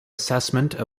assessment